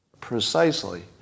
precisely